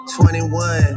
21